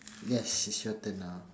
yes it's your turn now